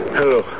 Hello